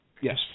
yes